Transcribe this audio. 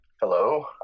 Hello